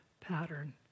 pattern